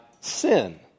Sin